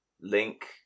Link